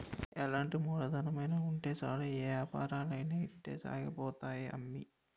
ఎలాంటి మూలధనమైన ఉంటే సాలు ఏపారాలు ఇట్టే సాగిపోతాయి అమ్మి